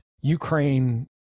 Ukraine